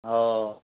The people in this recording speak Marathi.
हो